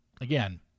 Again